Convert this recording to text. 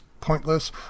pointless